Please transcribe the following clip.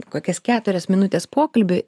kokias keturias minutes pokalbiui